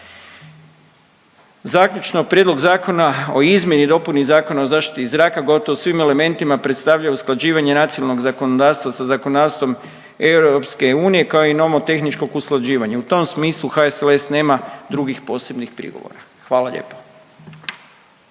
Zaključno, Prijedlog Zakona o izmjeni i dopuni Zakona o zaštiti zraka gotovo u svim elementima predstavlja usklađivanje nacionalnog zakonodavstva sa zakonodavstvom EU kao i nomotehničkog usklađivanja. U tom smislu HSLS nema drugih posebnih prigovora. Hvala lijepa.